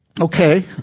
okay